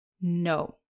no